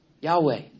Yahweh